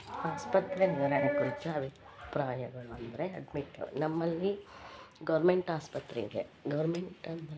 ಆಸ್ಪತ್ರೆ ಕುರಿತು ಅಭಿಪ್ರಾಯಗಳು ಅಂದರೆ ಅಡ್ಮಿಟ್ಟು ನಮ್ಮಲ್ಲಿ ಗೌರ್ಮೆಂಟ್ ಆಸ್ಪತ್ರೆ ಇದೆ ಗೌರ್ಮೆಂಟ್ ಅಂದರೆ